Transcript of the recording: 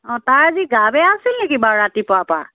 অ তাৰ আজি গা বেয়া আছিল নেকি বাৰু ৰাতিপুৱাৰ পৰা